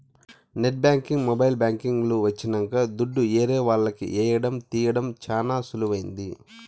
net banking mobile banking లు వచ్చినంక దుడ్డు ఏరే వాళ్లకి ఏయడం తీయడం చానా సులువైంది